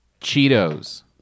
Cheetos